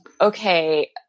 okay